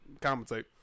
compensate